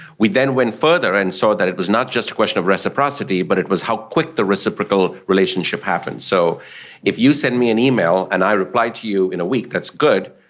we then went further and saw that it was not just a question of reciprocity but it was how quick the reciprocal relationship happened. so if you send me an email and i reply to you in a week, that's good.